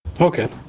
okay